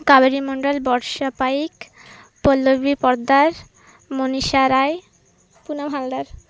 Kaveri Mondal Barsha Paik Pallavi Poddar Manisha Rai Punam Haldar